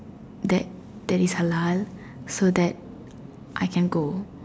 that that is halal so that I can go